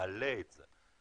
מעלה את זה.